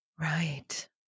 right